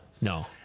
no